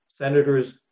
senators